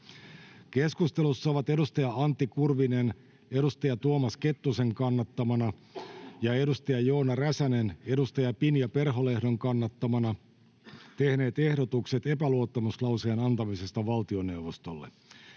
Keskustelussa ovat edustaja Antti Kurvinen edustaja Tuomas Kettusen kannattamana ja edustaja Joona Räsänen edustaja Pinja Perholehdon kannattamana tehneet ehdotukset epäluottamuslauseen antamisesta valtioneuvostolle.